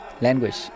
language